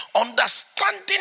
understanding